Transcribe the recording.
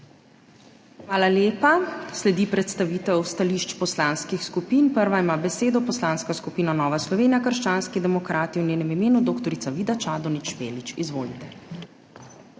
Hvala lepa. Sledi predstavitev stališč poslanskih skupin. Prva ima besedo Poslanska skupina Nova Slovenija -krščanski demokrati, v njenem imenu dr. Vida Čadonič Špelič. Izvolite.